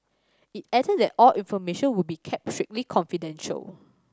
it added that all information would be kept strictly confidential